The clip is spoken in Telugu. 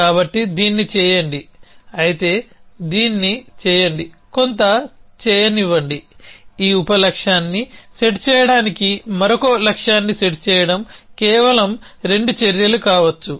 కాబట్టి దీన్ని చేయండి అయితే దీన్ని చేయండి కొంత చేయనివ్వండి ఈ ఉప లక్ష్యాన్ని సెట్ చేయడానికి మరొక ఉప లక్ష్యాన్ని సెట్ చేయడం కేవలం రెండు చర్యలు కావచ్చు